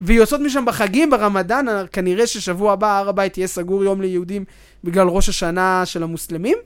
והיא עושות משם בחגים, ברמדאן, כנראה ששבוע הבא הר הבית יהיה סגור יום ליהודים בגלל ראש השנה של המוסלמים.